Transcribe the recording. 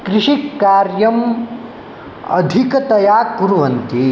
कृषिकार्यं अधिकतया कुर्वन्ति